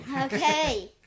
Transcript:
Okay